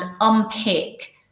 unpick